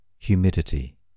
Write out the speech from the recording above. Humidity